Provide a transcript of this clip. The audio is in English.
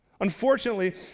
Unfortunately